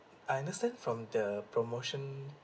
I understand from the promotion